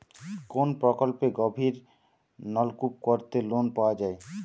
কোন প্রকল্পে গভির নলকুপ করতে লোন পাওয়া য়ায়?